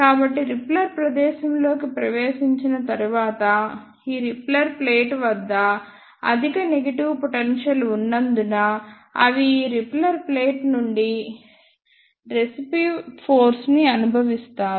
కాబట్టి రిపెల్లర్ ప్రదేశంలోకి ప్రవేశించిన తరువాత ఈ రిపెల్లర్ ప్లేట్ వద్ద అధిక నెగిటివ్ పొటెన్షియల్ ఉన్నందున అవి ఈ రిపెల్లర్ ప్లేట్ నుండి రిపెసివ్ ఫోర్స్ ని అనుభవిస్తారు